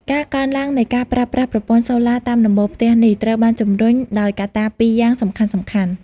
ការកើនឡើងនៃការប្រើប្រាស់ប្រព័ន្ធសូឡាតាមដំបូលផ្ទះនេះ ត្រូវបានជំរុញដោយកត្តាពីរយ៉ាងសំខាន់ៗ។